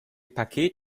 paket